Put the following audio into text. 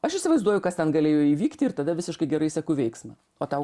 aš įsivaizduoju kas ten galėjo įvykti ir tada visiškai gerai seku veiksmą o tau